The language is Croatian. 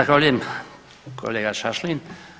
Zahvaljujem kolega Šašlin.